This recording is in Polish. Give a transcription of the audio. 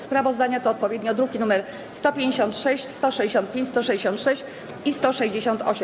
Sprawozdania to odpowiednio druki nr 156, 165, 166 i 168.